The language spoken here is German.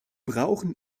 brauchen